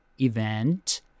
event